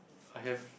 I have